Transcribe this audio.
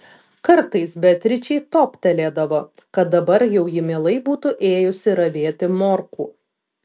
kartais beatričei toptelėdavo kad dabar jau ji mielai būtų ėjusi ravėti morkų